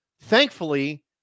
thankfully